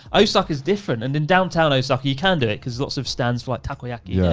osaka's different. and in downtown osaka, you can do it. cause lots of stands, for like takoyaki. yeah,